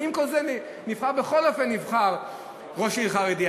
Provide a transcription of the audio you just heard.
ועם כל זה בכל אופן נבחר ראש עיר חרדי.